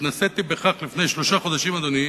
התנסיתי בכך לפני שלושה חודשים, אדוני,